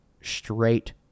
straight